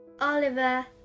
Oliver